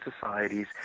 societies